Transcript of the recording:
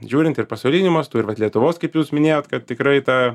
žiūrint ir pasauliniu mastu ir vat lietuvos kaip jūs minėjot kad tikrai ta